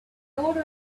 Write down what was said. odor